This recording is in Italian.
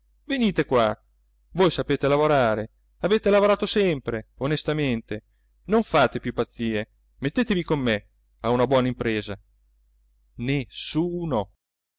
venite qua voi sapete lavorare avete lavorato sempre onestamente non fate più pazzie mettetevi con me a una buona impresa nessuno